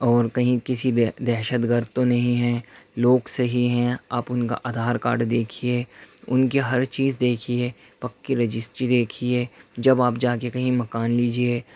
اور کہیں کسی دہ دہشت گرد تو نہیں ہیں لوگ صحیح ہیں آپ ان کا ادھار کارڈ دیکھیے ان کی ہر چیز دیکھیے پکی رجسٹری دکھیے جب آپ جا کے کہیں مکان لیجیے